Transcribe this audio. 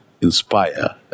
inspire